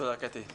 תודה, קטי.